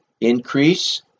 increase